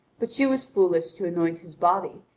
but she was foolish to anoint his body,